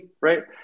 right